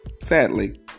sadly